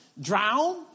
drown